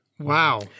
Wow